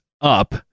up